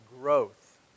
growth